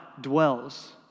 dwells